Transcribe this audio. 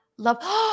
Love